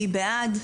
מי בעד?